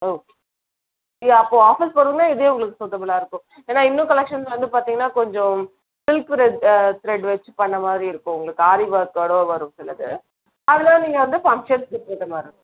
okay இதை அப்போ office போறிங்கன்னால் இதே உங்களுக்கு ஷூட்டபிளாக இருக்கும் ஏன்னா இன்னும் கலெக்ஷன்ஸ் வந்து பார்த்தீங்கன்னா கொஞ்சம் சில்க் ரெட் த்ரெட் வச்சு பண்ணமாதிரி இருக்கும் உங்களுக்கு ஆரி ஒர்க்கோடு வரும் சிலது அதில் நீங்கள் வந்து ஃபங்க்ஷனுக்கு ஏற்றமாரி இருக்கும்